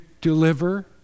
deliver